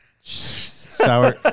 Sour